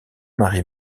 marie